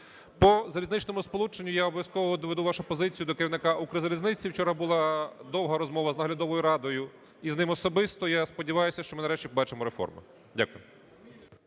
По залізничному сполученню я обов'язково доведу вашу позицію до керівника "Укрзалізниці", вчора була довга розмова з наглядовою радою і з ним особисто, я сподіваюсь, що ми нарешті побачимо реформу. Дякую.